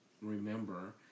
remember